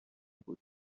بود